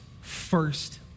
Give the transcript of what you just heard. first